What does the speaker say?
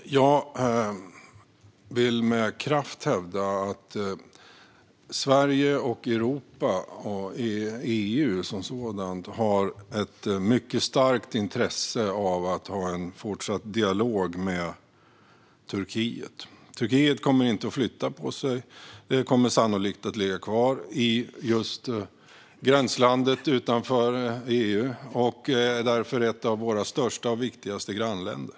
Fru talman! Jag vill med kraft hävda att Sverige, Europa och EU har ett mycket starkt intresse av att ha en fortsatt dialog med Turkiet. Turkiet kommer inte att flytta på sig. Det kommer sannolikt att ligga kvar i gränslandet utanför EU och är därför ett av våra största och viktigaste grannländer.